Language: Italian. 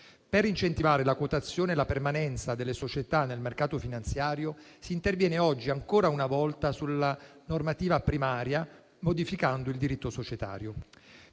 Per incentivare la quotazione e la permanenza delle società nel mercato finanziario, si interviene oggi ancora una volta sulla normativa primaria modificando il diritto societario.